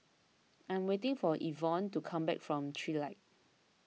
I'm waiting for Evonne to come back from Trilight